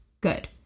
good